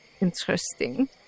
Interesting